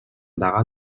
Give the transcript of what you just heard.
degà